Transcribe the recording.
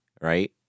right